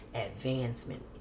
advancement